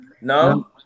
no